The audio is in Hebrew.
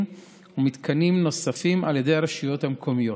ומתקנים נוספים על ידי הרשויות המקומיות.